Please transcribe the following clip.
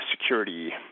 security